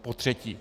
Potřetí.